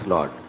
Lord